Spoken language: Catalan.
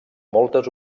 moltes